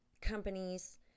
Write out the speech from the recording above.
companies